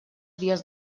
dies